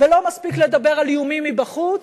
ולא מספיק לדבר על איומים מבחוץ,